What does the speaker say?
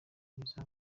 liza